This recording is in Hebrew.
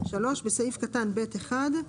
בסעיף קטן (ב)(1),